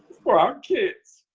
for our kids.